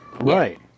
Right